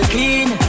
Clean